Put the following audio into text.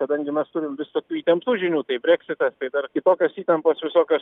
kadangi mes turim visokių įtemptų žinių tai breksitas tai kitokios įtampos visokios